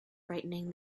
frightening